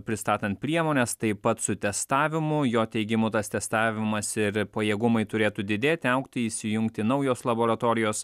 pristatant priemones taip pat su testavimu jo teigimu tas testavimas ir pajėgumai turėtų didėti augti įsijungti naujos laboratorijos